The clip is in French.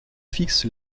fixent